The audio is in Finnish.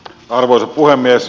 arvoisa puhemies